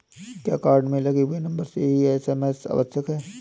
क्या कार्ड में लगे हुए नंबर से ही एस.एम.एस आवश्यक है?